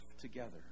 together